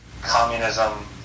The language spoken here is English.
communism